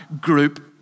group